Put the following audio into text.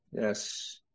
Yes